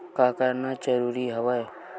का करना जरूरी हवय?